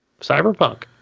Cyberpunk